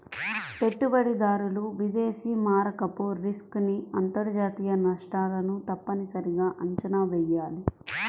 పెట్టుబడిదారులు విదేశీ మారకపు రిస్క్ ని అంతర్జాతీయ నష్టాలను తప్పనిసరిగా అంచనా వెయ్యాలి